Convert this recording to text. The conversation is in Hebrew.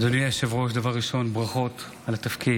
אדוני היושב-ראש, דבר ראשון, ברכות על התפקיד.